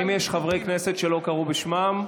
האם יש חברי כנסת שלא קראו בשמם?